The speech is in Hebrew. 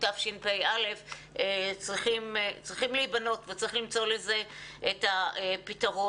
תשפ"א צריכים להיבנות וצריך למצוא לזה את הפתרון.